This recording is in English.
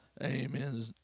Amen